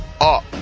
up